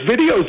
videos